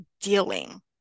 dealing